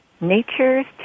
Nature's